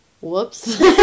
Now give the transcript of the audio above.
Whoops